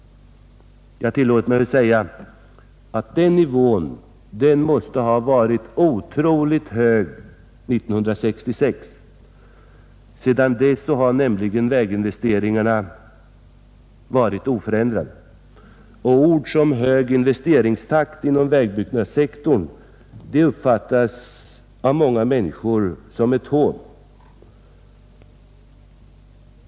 Jag tillåter mig säga att nivån måste ha varit otroligt hög 1966. Sedan dess har nämligen väginvesteringarna varit oförändrade. Ord som ”hög investeringstakt” inom vägbyggnadssektorn uppfattas av många människor som ett hån.